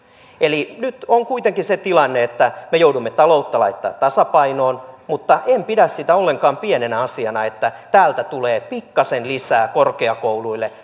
eli nyt on kuitenkin se tilanne että me joudumme taloutta laittamaan tasapainoon mutta en pidä sitä ollenkaan pienenä asiana että täältä tulee pikkasen lisää korkeakouluille